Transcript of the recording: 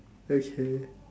okay